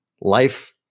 life